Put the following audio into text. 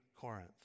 Corinth